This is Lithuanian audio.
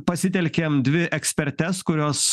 pasitelkėm dvi ekspertes kurios